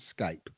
Skype